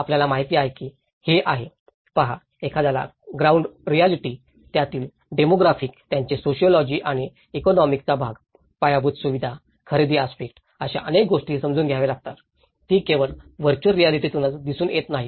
आपल्याला माहिती आहे की हे आहे पहा एखाद्याला ग्राउंड रिऍलिटी त्यातील डेमोग्राफिक त्याचे सोशिओलॉजी त्यातील इकॉनॉमिक चा भाग पायाभूत सुविधा खरेदी आस्पेक्ट अशा अनेक गोष्टी समजून घ्याव्या लागतात ती केवळ व्हर्चुअल रिऍलिटीतूनच दिसून येत नाही